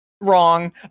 wrong